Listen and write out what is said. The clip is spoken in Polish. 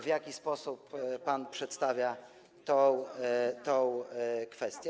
w jaki sposób pan przedstawia tę kwestię.